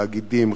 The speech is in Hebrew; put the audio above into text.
תאגידים,